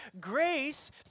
grace